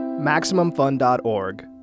MaximumFun.org